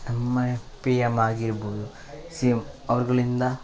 ಹೆಮ್ಮಯ P M ಆಗಿರ್ಬೋದು C M ಅವ್ರ್ಗಳಿಂದ